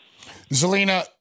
Zelina